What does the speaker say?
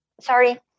Sorry